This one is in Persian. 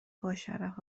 باشرف